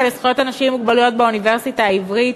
לזכויות אנשים עם מוגבלויות באוניברסיטה העברית.